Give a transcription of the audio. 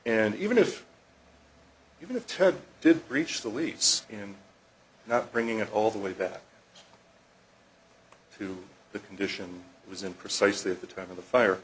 and even if even if ted did breach the lease in not bringing it all the way that to the condition it was in precisely at the time of the fire